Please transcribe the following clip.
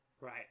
Right